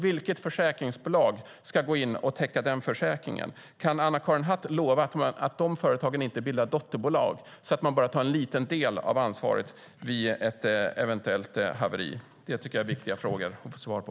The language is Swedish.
Vilket försäkringsbolag ska gå in och täcka den försäkringen? Kan Anna-Karin Hatt lova att företagen inte bildar dotterbolag så att man bara tar en liten del av ansvaret vid ett eventuellt haveri? Det tycker jag är viktiga frågor att få svar på.